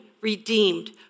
redeemed